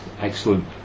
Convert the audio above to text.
excellent